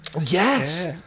Yes